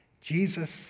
Jesus